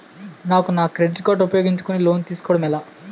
నాకు నా credit card ఉపయోగించుకుని లోన్ తిస్కోడం ఎలా?